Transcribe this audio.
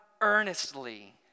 earnestly